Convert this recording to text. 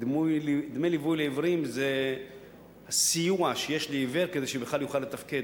דמי ליווי לעיוורים זה סיוע שיש לעיוור כדי שבכלל יוכל לתפקד,